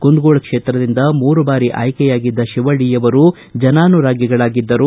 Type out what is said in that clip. ಕುಂದಗೋಳ ಕ್ಷೇತ್ರದಿಂದ ಮೂರು ಬಾರಿ ಆಯ್ಲೆಯಾಗಿದ್ದ ಶಿವಳ್ಳಯವರು ಜನಾನುರಾಗಿಗಳಾಗಿದ್ದರು